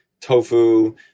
tofu